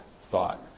thought